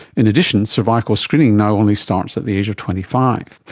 in addition, cervical screening now only starts at the age of twenty five.